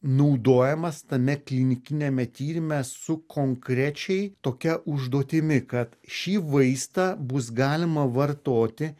naudojamas tame klinikiniame tyrime su konkrečiai tokia užduotimi kad šį vaistą bus galima vartoti